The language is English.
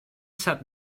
set